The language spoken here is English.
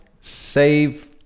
save